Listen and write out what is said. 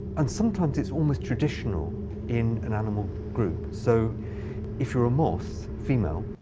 and sometimes, it's almost traditional in an animal group. so if you're a moth female,